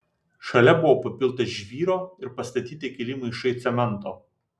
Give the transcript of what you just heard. šalia buvo papilta žvyro ir pastatyti keli maišai cemento